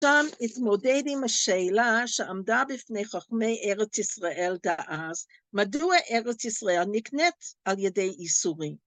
‫שם התמודד עם השאלה ‫שעמדה בפני חכמי ארץ ישראל דאז, ‫מדוע ארץ ישראל נקנית על ידי יסורים?